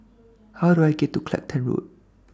How Do I get to Clacton Road